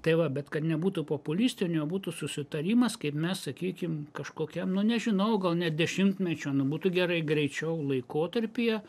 tai va bet kad nebūtų populistinio nebūtų susitarimas kaip mes sakykim kažkokiam nu nežinau gal net dešimtmečio nu būtų gerai greičiau laikotarpyje